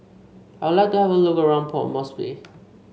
I would like to have a look around Port Moresby